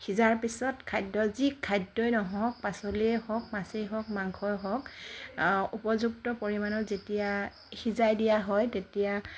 সিজাৰ পিছত খাদ্যত যি খাদ্যই নহওঁক পাচলিয়ে হওক মাছেই হওক মাংসই হওক উপযুক্ত পৰিমাণৰ যেতিয়া সিজাই দিয়া হয় তেতিয়া